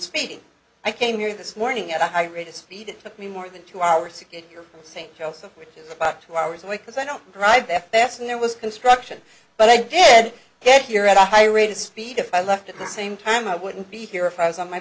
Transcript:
speeding i came here this morning at a high rate of speed it took me more than two hours to get your st joseph which about two hours away because i don't drive there fast and there was construction but i did get here at a high rate of speed if i left at the same time i wouldn't be here if i was on my